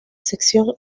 sección